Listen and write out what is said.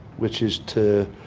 which is to,